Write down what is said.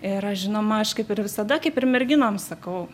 ir aš žinoma aš kaip ir visada kaip ir merginoms sakau